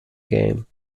game